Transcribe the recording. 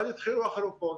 ואז התחילו החלופות.